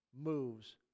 moves